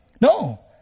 No